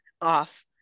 off